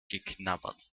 geknabbert